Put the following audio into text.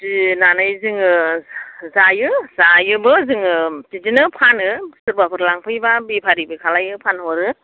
फिसिनानै जोङो जायो जायोबो जोङो बिदिनो फानो सोरबाफोर लांफैयोब्ला बेफारिबो खालायो फानहरो